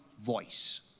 voice